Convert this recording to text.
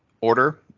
order